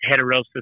heterosis